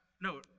No